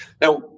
Now